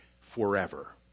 forever